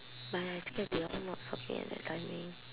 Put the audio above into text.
but I scared they all not stopping at that timing